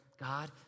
God